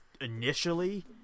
initially